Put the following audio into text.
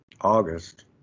August